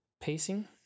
pacing